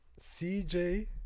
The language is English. CJ